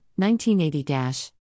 1980-